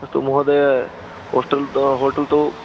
अस्तु महोदय होस्टेल् तो होटेल् तु